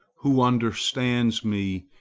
who understands me,